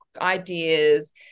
ideas